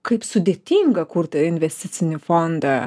kaip sudėtinga kurti investicinį fondą